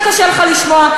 חוק כלי הירייה קובע,